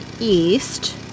east